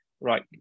right